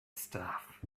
stuff